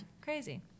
Crazy